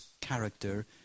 character